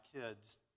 kids